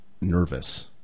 nervous